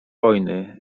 wojny